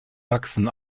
wachsen